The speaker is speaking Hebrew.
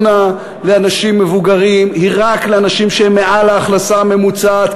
לאנשים מבוגרים היא רק לאנשים שהכנסתם מעל ההכנסה הממוצעת,